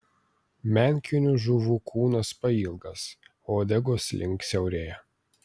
menkinių žuvų kūnas pailgas uodegos link siaurėja